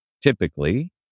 typically